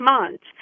months